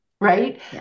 right